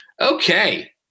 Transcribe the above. Okay